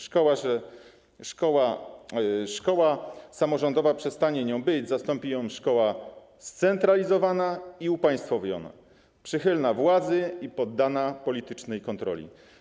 Szkoła samorządowa przestanie nią być, zastąpi ją szkoła scentralizowana i upaństwowiona, przychylna władzy i poddana politycznej kontroli.